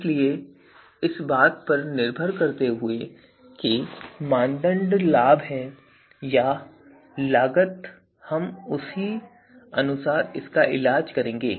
इसलिए इस बात पर निर्भर करते हुए कि मानदंड लाभ है या लागत हम उसी के अनुसार इसका इलाज करेंगे